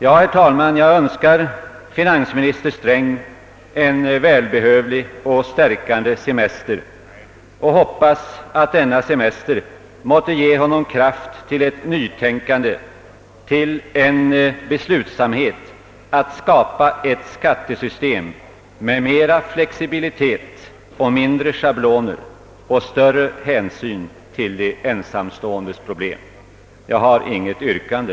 Jag önskar finansminister Sträng en välbehövlig och stärkande semester och hoppas att denna semester måtte ge honom kraft till ett nytänkande, till en beslutsamhet att skapa ett skattesystem med mer flexibilitet, mindre schabloner och större hänsyn till de ensamståendes problem. Jag har inget yrkande.